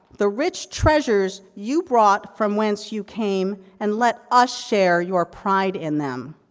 the rich treasures you brought from whence you came, and let us share your pride in them.